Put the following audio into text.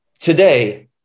today